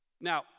Now